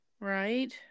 right